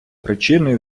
причиною